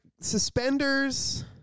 suspenders